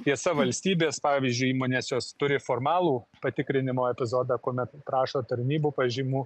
tiesa valstybės pavyzdžiui įmonės jos turi formalų patikrinimo epizodą kuomet prašo tarnybų pažymų